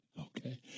Okay